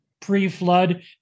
Pre-flood